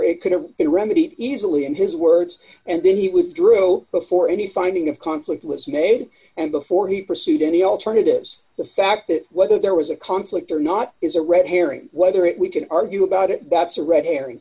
it could have it remedied easily in his words and then he would dru before any finding of conflict was made and before he pursued any alternatives the fact that whether there was a conflict or not is a red herring whether it we can argue about it that's a red herring